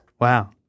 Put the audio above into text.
Wow